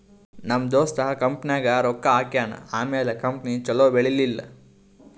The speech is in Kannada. ನಮ್ ದೋಸ್ತ ಕಂಪನಿನಾಗ್ ರೊಕ್ಕಾ ಹಾಕ್ಯಾನ್ ಆಮ್ಯಾಲ ಕಂಪನಿ ಛಲೋ ಬೆಳೀಲಿಲ್ಲ